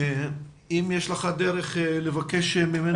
האם יש לך דרך לבקש ממנו?